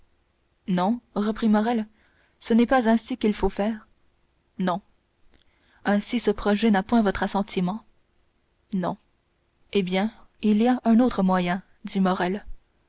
non reprit morrel ce n'est pas ainsi qu'il faut faire non ainsi ce projet n'a point votre assentiment non eh bien il y a un autre moyen dit morrel